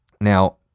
Now